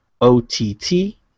O-T-T